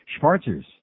Schwarzers